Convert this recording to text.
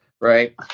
right